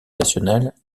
national